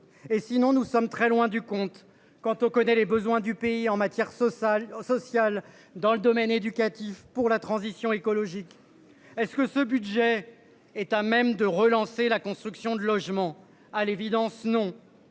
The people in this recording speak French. Et sinon nous sommes très loin du compte. Quand on connaît les besoins du pays en matière Southall social dans le domaine éducatif pour la transition écologique. Est-ce que ce budget est à même de relancer la construction de logements à l'évidence non.